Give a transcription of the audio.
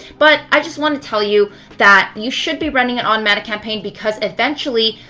but i just want to tell you that you should be running an automatic campaign because eventually,